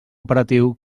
operatiu